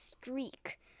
streak